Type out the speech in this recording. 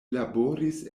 laboris